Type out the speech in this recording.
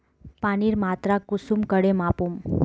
पानीर मात्रा कुंसम करे मापुम?